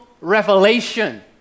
revelation